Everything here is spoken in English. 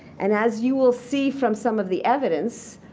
and as you will see from some of the evidence,